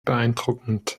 beeindruckend